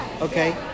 Okay